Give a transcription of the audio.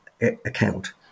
account